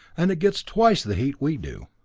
and it gets twice the heat we do.